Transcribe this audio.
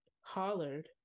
hollered